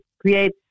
create